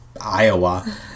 Iowa